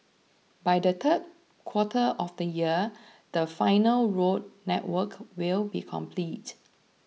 by the third quarter of next year the final road network will be complete